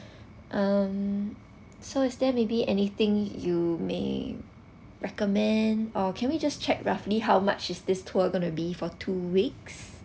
um so is there may be anything you may recommend or can we just check roughly how much is this tour gonna be for two weeks